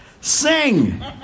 sing